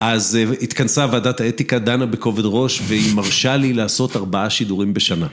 אז התכנסה ועדת האתיקה דנה בכובד ראש והיא מרשה לי לעשות ארבעה שידורים בשנה.